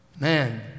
Man